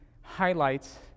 highlights